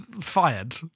fired